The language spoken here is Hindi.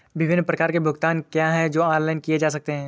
विभिन्न प्रकार के भुगतान क्या हैं जो ऑनलाइन किए जा सकते हैं?